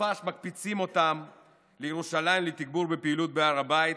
בסופ"ש מקפיצים אותם לירושלים לתגבור בפעילות בהר הבית,